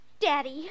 Daddy